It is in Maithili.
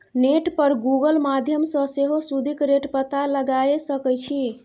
नेट पर गुगल माध्यमसँ सेहो सुदिक रेट पता लगाए सकै छी